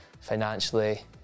financially